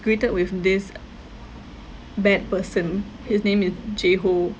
greeted with this bad person his name is jae ho